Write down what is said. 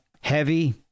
Heavy